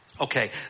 Okay